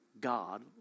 God